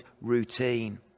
routine